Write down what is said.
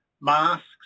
masks